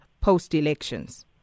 post-elections